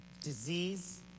disease